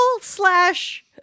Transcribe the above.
slash